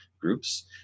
groups